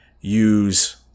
use